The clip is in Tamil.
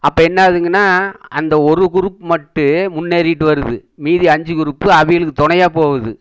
அப்போ என்னாதுங்கனால் அந்த ஒரு குரூப் மட்டும் முன்னேறிகிட்டு வருது மீதி அஞ்சு குரூப்பு அவகளுக்கு துணையா போகுது